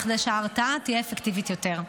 כדי שההתראה תהיה אפקטיבית יותר.